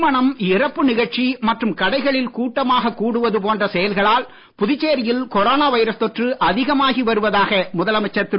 திருமணம் இறப்பு நிகழ்ச்சி மற்றும் கடைகளில் கூட்டமாகக் கூடுவது போன்ற செயல்களால் புதுச்சேரியில் கொரோனா வைரஸ் தொற்று அதிகமாகி வருவதாக முதலமைச்சர் திரு